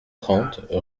trente